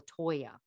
Latoya